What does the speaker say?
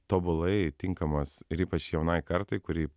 tobulai tinkamas ir ypač jaunai kartai kuri